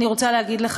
אני רוצה להגיד לך,